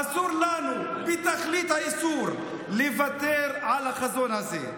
אסור לנו בתכלית האיסור לוותר על החזון הזה.